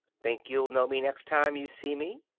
think you'll know me next time you see me?